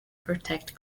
protect